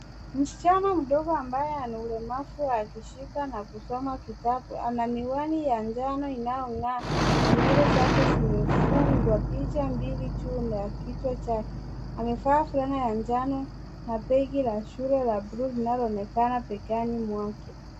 Msichana mdogo ambaye ana ulemavu akishika na kusoma kitabu. Ana miwani ya njano inayong'aa na nywele zake zimefungwa tuta mbili juu ya kichwa chake. Amevaa fulana ya njano na begi la shule la bluu linaloonekana begani mwake.